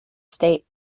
state